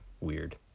weird